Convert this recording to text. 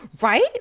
Right